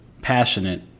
passionate